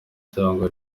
cyangwa